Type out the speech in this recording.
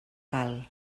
cal